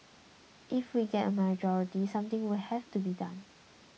if we get a majority something will have to be done